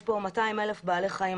יש פה 200,000 בעלי חיים,